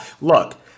look